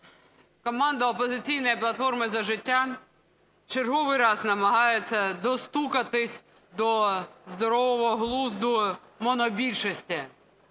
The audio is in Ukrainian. Команда "Опозиційної платформи – За життя" в черговий раз намагається достукатись до здорового глузду монобільшості.